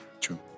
True